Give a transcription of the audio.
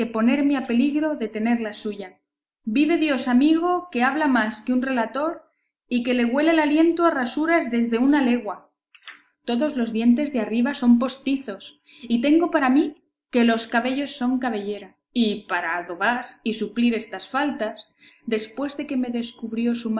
ponerme a peligro de tener la suya vive dios amigo que habla más que un relator y que le huele el aliento a rasuras desde una legua todos los dientes de arriba son postizos y tengo para mí que los cabellos son cabellera y para adobar y suplir estas faltas después que me descubrió su